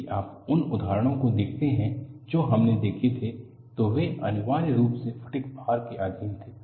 यदि आप उन उदाहरणों को देखते हैं जो हमने देखे थे तो वे अनिवार्य रूप से फटिग भार के अधीन थे